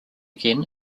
again